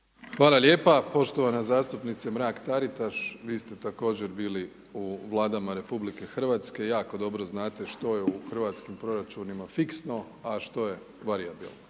Hvala lijepa. Poštovana zastupnice Mrak-Taritaš, vi ste također bili u Vladama Republike Hrvatske, jako dobro znate što je u hrvatskim proračunima fiksno, a što je varijabilno,